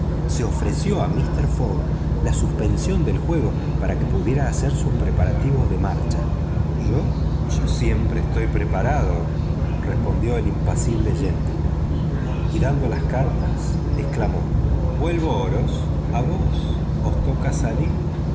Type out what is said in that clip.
se ofreció a mister fogg la suspensión del juego para que pudiera hacer sus preparativos de marcha yo siempre estoy preparado respondió el impasible caballero y dando las cartas exclamó vuelvo oros a vos os toca salir